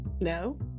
No